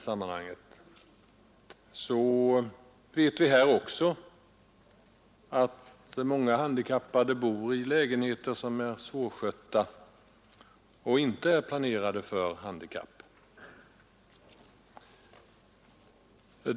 Vi vet att många handikappade bor i lägenheter som är svårskötta och inte är planerade för människor med handikapp.